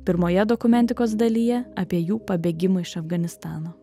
pirmoje dokumentikos dalyje apie jų pabėgimą iš afganistano